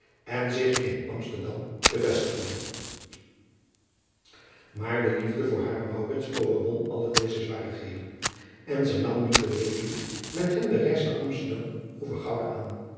en zich in msterdam te vestigen aar de liefde voor haren overwon alle deze zwarigheden en zij nam nu gereedelijk met hem de reis naar msterdam over ouda aan